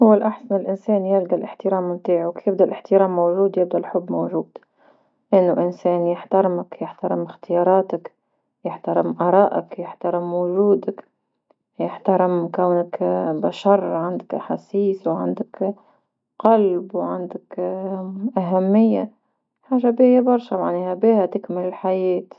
هو لأحسن إنسان يلقا الإحترام متاعو كيبدا الإحترام موجود يبدا الحب موجود، انو انسان يحترمك يحترم إختياراتك يحترم ارائك يحترم وجودك يحترم كونك بشر عندك أحاسيس وعندك قلب وعندك أهمية، حاجة باهية برشا معناها بيها تكمل الحياة.